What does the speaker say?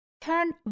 turn